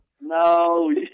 No